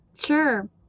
Sure